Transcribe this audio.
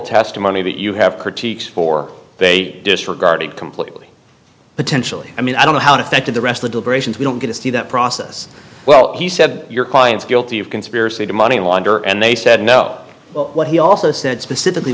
testimony that you have critiques for they disregarded completely potentially i mean i don't know how it affected the rest of the deliberations we don't get to see that process well he said your client's guilty of conspiracy to money launderer and they said no what he also said specifically